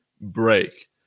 Break